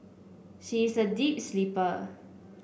she is a deep sleeper